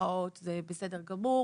זה בסדר גמור.